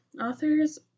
authors